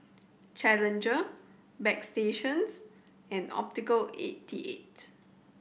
Challenger Bagstationz and Optical eighty eight